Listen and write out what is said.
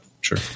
sure